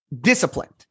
disciplined